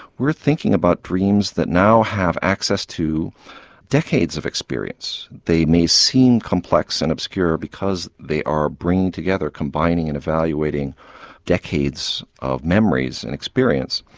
we're thinking about dreams that now have access to decades of experience. they may seem complex and obscure because they are bringing together, combining and evaluating decades of memories and experience.